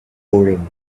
urim